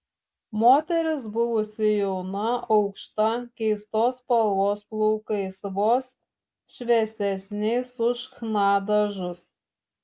moteris buvusi jauna aukšta keistos spalvos plaukais vos šviesesniais už chna dažus